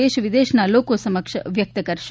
દેશવિદેશના લોકો સમક્ષ વ્યક્ત કરશે